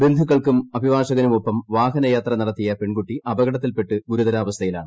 ബന്ധുക്കൾക്കും അഭിഭാഷകനുമൊപ്പം വാഹനയാത്ര നടത്തിയ പെൺകുട്ടി അപകടത്തിൽപ്പെട്ട് ഗുരുതരാവസ്ഥയിലാണ്